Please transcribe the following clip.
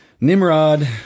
Nimrod